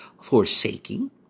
forsaking